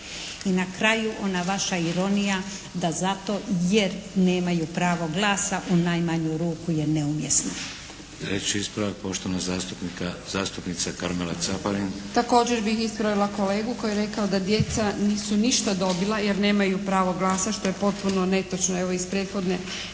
I na kraju ona vaša ironija da zato jer nemaju pravo glasa u najmanju ruku je neumjesna. **Šeks, Vladimir (HDZ)** Treći ispravak poštovana zastupnica Karmela Caparin. **Caparin, Karmela (HDZ)** Također bih ispravila kolegu koji je rekao da djeca nisu ništa dobila jer nemaju pravo glasa što je potpuno netočno evo iz prethodnog